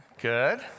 Good